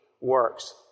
works